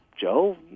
Joe